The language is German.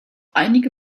einige